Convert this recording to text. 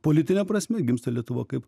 politine prasme gimsta lietuva kaip